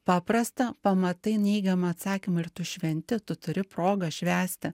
paprasta pamatai neigiamą atsakymą ir tu šventi tu turi progą švęsti